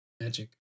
magic